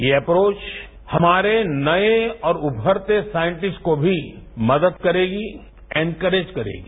ये ऐप्रोच हमारे नये और उमरते साइंसटिस्ट को भी मदद करेगी एन्करेज करेगी